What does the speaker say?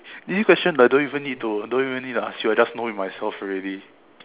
this question like don't even need to don't even need to ask you I just know it myself already